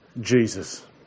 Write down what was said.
Jesus